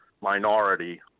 minority